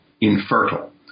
infertile